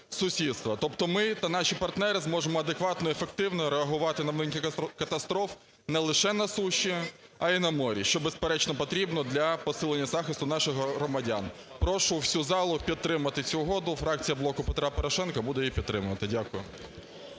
Тобто ми та наші партнери зможемо адекватно і ефективно реагувати на моменти катастроф не лише на суші, а і на морі, що, безперечно, потрібно для посилення захисту наших громадян. Прошу всю залу підтримати цю угоду. Фракція "Блок Петра Порошенка" буде її підтримувати. Дякую.